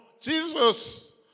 Jesus